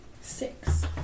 Six